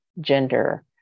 gender